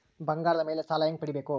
ಬಂಗಾರದ ಮೇಲೆ ಸಾಲ ಹೆಂಗ ಪಡಿಬೇಕು?